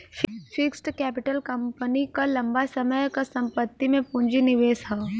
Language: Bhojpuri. फिक्स्ड कैपिटल कंपनी क लंबा समय क संपत्ति में पूंजी निवेश हौ